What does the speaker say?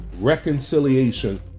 reconciliation